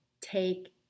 take